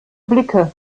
blicke